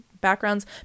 backgrounds